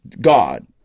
God